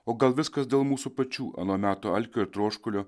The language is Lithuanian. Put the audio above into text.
o gal viskas dėl mūsų pačių ano meto alkio ir troškulio